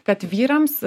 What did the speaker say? kad vyrams